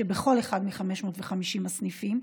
שבכל אחד מ-550 הסניפים.